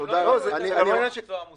הם לא הביאו את גורמי המקצוע המוסמכים,